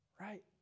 Right